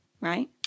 Right